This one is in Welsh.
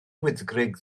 wyddgrug